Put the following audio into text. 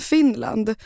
Finland